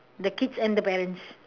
the kids and the parents